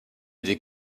des